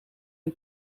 een